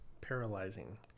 paralyzing